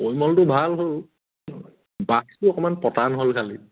পৰিমলটো ভাল হ'ল বাছটো অকণমান পটান হ'ল খালি